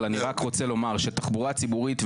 אבל אני רק רוצה לומר שתחבורה ציבורית,